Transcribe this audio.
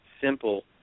simple